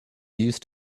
used